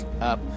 up